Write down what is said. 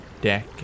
deck